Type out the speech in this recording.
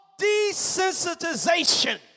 desensitization